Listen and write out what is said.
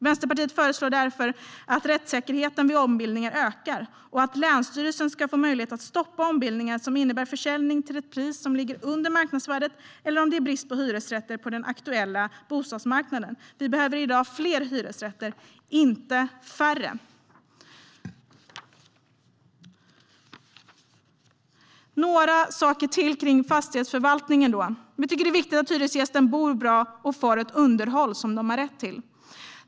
Vänsterpartiet föreslår därför att rättssäkerheten vid ombildningar ska öka och att länsstyrelsen ska få möjlighet att stoppa ombildningar som innebär försäljning till ett pris som ligger under marknadsvärdet eller om det är brist på hyresrätter på den aktuella bostadsmarknaden. Vi behöver i dag fler hyresrätter, inte färre. Jag ska också säga några saker om fastighetsförvaltningen. Vi tycker att det är viktigt att hyresgästerna bor bra och får ett underhåll som de har rätt till.